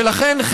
ולכן,